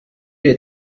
you